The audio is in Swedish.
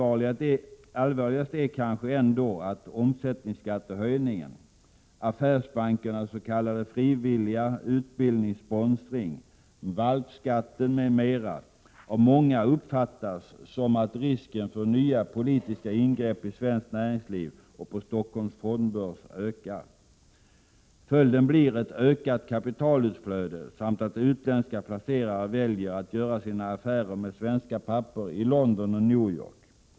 Allvarligast är kanske ändå att omsättningsskattehöjningen, affärsbankernas ”frivilliga” utbildningssponsring, ”valpskatten” m.m., av många uppfattas som att risken för nya politiska ingrepp i svenskt näringsliv och på Stockholms fondbörs ökat. Följden blir ett ökat kapitalutflöde samt att utländska placerare väljer att göra sina affärer med svenska papper i London och New York.